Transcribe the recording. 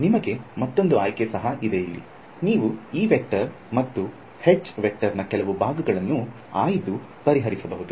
ನಿಮಗೆ ಮತ್ತೊಂದು ಆಯ್ಕೆ ಸಹ ಇದೆ ಅಲ್ಲಿ ನೀವು ಮತ್ತು ನಾ ಕೆಲವು ಭಾಗಗಳನ್ನು ಆಯ್ದು ಪರಿಹರಿಸಬಹುದು